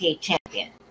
champion